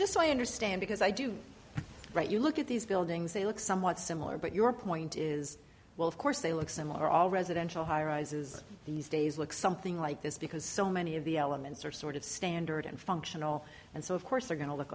just i understand because i do write you look at these buildings they look somewhat similar but your point is well of course they look similar all residential high rises these days look something like this because so many of the elements are sort of standard and functional and so of course they're going to look